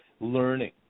learning